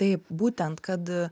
taip būtent kad